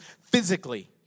physically